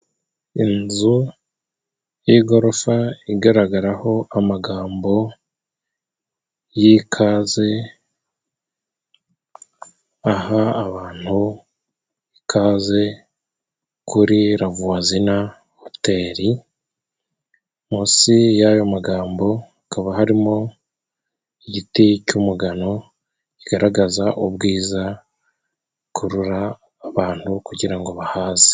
Inzu y'igorofa igaragaraho amagambo y'ikaze, aha abantu ikaze kuri ravuwazena hoteri, munsi y'ayo magambo hakaba harimo igiti cy'umugano, kigaragaza ubwiza bukurura abantu kugira bahaze.